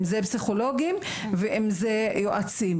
אם זה פסיכולוגים ואם זה יועצים,